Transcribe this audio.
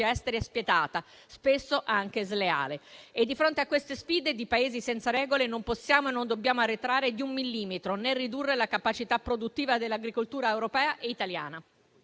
esteri è spietata, spesso anche sleale. Di fronte alle sfide di Paesi senza regole non possiamo e non dobbiamo arretrare di un millimetro, né ridurre la capacità produttiva dell'agricoltura europea e italiana.